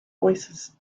voices